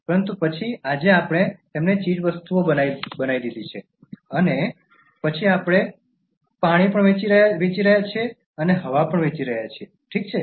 પરંતુ પછી આજે આપણે તેમને ચીજવસ્તુઓ બનાવી રહ્યા છીએ અને પછી આપણે પાણી વેચી રહ્યા છીએ અમે હવા પણ વેચી રહ્યા છીએ ઠીક છે